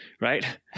right